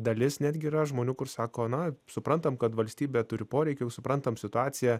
dalis netgi yra žmonių kur sako na suprantam kad valstybė turi poreikių suprantam situaciją